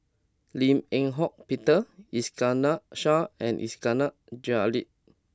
Lim Eng Hock Peter Iskandar Shah and Iskandar Jalil